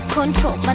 Control